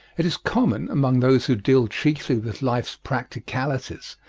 it is common, among those who deal chiefly with life's practicalities,